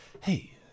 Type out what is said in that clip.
Hey